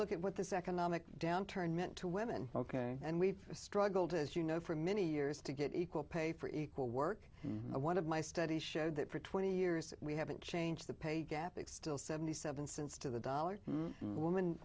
look at what this economic downturn meant to women ok and we've struggled as you know for many years to get equal pay for equal work one of my studies showed that for twenty years we haven't changed the pay gap external seventy seven cents to the dollar woman